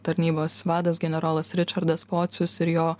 tarnybos vadas generolas ričardas pocius ir jo